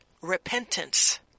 repentance